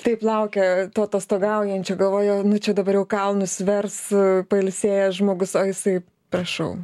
taip laukia tų atostogaujančių galvoja nu čia dabar jau kalnus vers pailsėjęs žmogus o jisai prašau